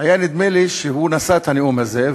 היה נדמה לי שהוא כבר נשא את הנאום הזה.